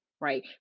right